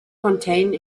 contain